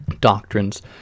doctrines